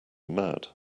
mad